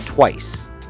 Twice